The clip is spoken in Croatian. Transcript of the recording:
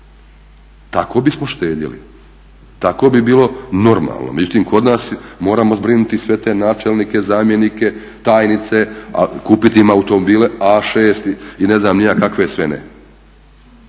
Tako bismo štedjeli, tako bi bilo normalno. Međutim, kod nas moramo zbrinuti sve te načelnike, zamjenike, tajnice, kupiti im automobile A6 i ne znam ni ja kakve sve ne.